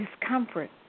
discomfort